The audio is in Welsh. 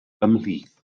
ymhlith